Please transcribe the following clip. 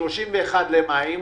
31 במאי.